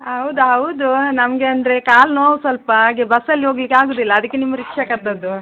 ಹೌದಾ ಹೌದು ನಮಗೆ ಅಂದರೆ ಕಾಲು ನೋವು ಸ್ವಲ್ಪ ಹಾಗೇ ಬಸ್ಸಲ್ಲಿ ಹೋಗ್ಲಿಕ್ಕೆ ಆಗೋದಿಲ್ಲ ಅದಕ್ಕೆ ನಿಮ್ಮ ರಿಕ್ಷಾ ಕರ್ದಿದ್ದು